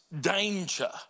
danger